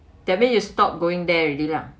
that mean you stop going there already lah